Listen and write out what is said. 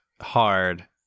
hard